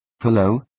Hello